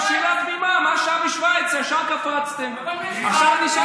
השמש עדיין זורחת שם, נראה לי.